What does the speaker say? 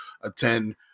attend